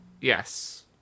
Yes